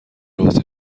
واسه